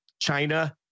China